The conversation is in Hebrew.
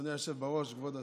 אדוני היושב-ראש, כבוד השר,